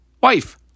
wife